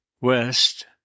west